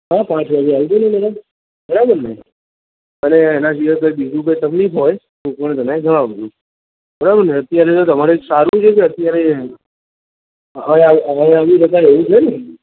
હા પોણા છ વાગે આવી જજો ને મેડમ બરાબર ને અને એનાં સિવાય કંઇ બીજુ કંઇ તકલીફ હોય તો પણ તમે જાણવજો બરાબરને અત્યારે તમારે સારું છે કે અત્યારે અવાય આવી શકાય એવું છે ને